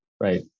Right